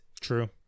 true